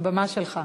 הבמה שלך.